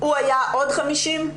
הוא היה עוד 50 מיליון?